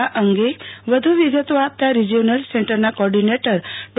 આ અંગે વધુ વિગતો આપતા રિજીયોનલ સેન્ટરના કોઓર્ડિનેટર ડો